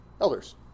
elders